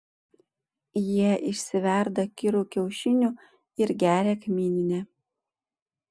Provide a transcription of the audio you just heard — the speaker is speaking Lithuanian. jie išsiverda kirų kiaušinių ir geria kmyninę